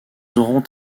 auront